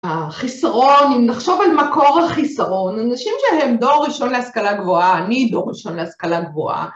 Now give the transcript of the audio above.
החיסרון, אם נחשוב על מקור החיסרון, אנשים שהם דור ראשון להשכלה גבוהה, אני דור ראשון להשכלה גבוהה.